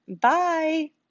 bye